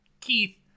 Keith